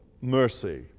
mercy